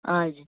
آ جی